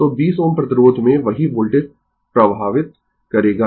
तो 20 Ω प्रतिरोध में वही वोल्टेज प्रभावित करेगा